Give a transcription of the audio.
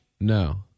No